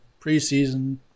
preseason